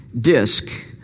disc